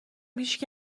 هیچکی